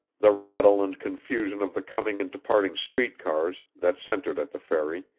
the rattle and confusion of the coming and departing street-cars that centered at the ferry,